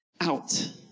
out